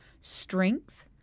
strength